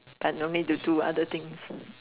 I don't need to do other things